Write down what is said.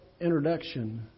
introduction